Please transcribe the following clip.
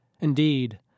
Indeed